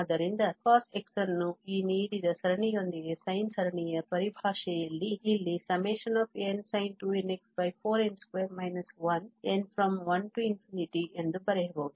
ಆದ್ದರಿಂದ cos x ಅನ್ನು ಈ ನೀಡಿದ ಸರಣಿಯೊಂದಿಗೆ sine ಸರಣಿಯ ಪರಿಭಾಷೆಯಲ್ಲಿ ಇಲ್ಲಿ n1nsin2nx4n2 1 ಎಂದು ಬರೆಯಬಹುದು